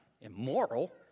immoral